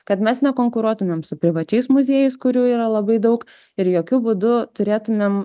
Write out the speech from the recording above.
kad mes nekonkuruotumėm su privačiais muziejus kurių yra labai daug ir jokiu būdu turėtumėm